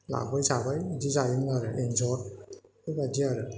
लाबोबाय जाबाय बिदि जायोमोन आरो एन्जर बेफोरबायदि आरो